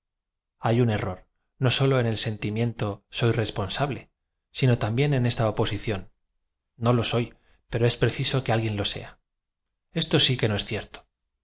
y un error no sólo eu el sedtimiento soy responsable sino también en esta oposición n o lo soy pero es preciso que alguien lo sea eato si que no es cierto